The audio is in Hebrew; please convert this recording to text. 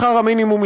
שכר מינימום,